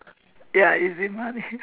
ya easy money